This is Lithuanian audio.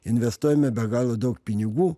investuojame be galo daug pinigų